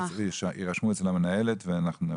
יירשמו אצל המנהלת ואנחנו נאפשר.